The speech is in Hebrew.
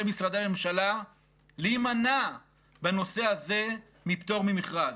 משרדי הממשלה להימנע בנושא הזה מפטור ממכרז.